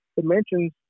dimensions